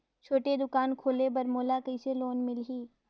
छोटे दुकान खोले बर मोला कइसे लोन मिलही?